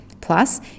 Plus